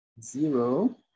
zero